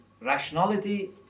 rationality